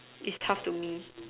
it's tough to me